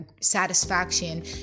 satisfaction